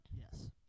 Yes